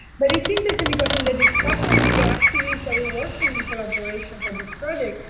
but it's interesting because in the discussion with the activists that were working in collaboration for this project,